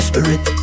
Spirit